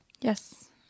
Yes